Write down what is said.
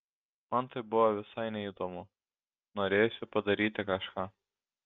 man tai buvo visai neįdomu norėjosi padaryti kažką